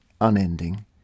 unending